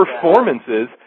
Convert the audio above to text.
performances